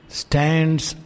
stands